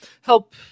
help